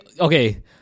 okay